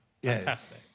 Fantastic